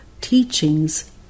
teachings